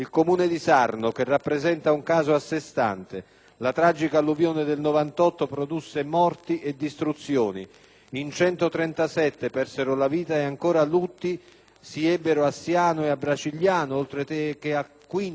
in 137 persero la vita, e altri lutti si ebbero a Siano e a Bracigliano, oltre che a Quindici, in Irpinia, e a San Felice a Cancello, nel Casertano. A me pare che rispetto ad una situazione così grave e così diffusa